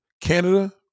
Canada